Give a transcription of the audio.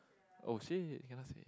!oh shit! cannot say